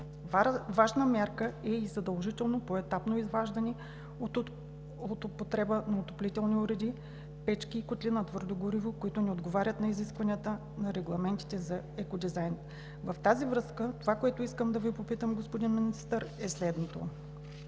Важна мярка е и задължително поетапно изваждане от употреба на отоплителни уреди, печки и котли на твърдо гориво, които не отговарят на изискванията на регламентите за екодизайн. В тази връзка, това, което искам да Ви попитам, господин Министър, е следното: